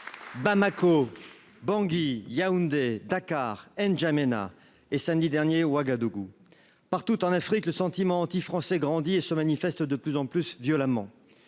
Bamako Bangui Yaoundé Dakar N Djamena et samedi dernier, Ouagadougou partout en Afrique, le sentiment anti-Français grandit et se manifeste de plus en plus violemment